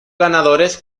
ganadores